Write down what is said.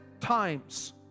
times